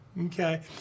Okay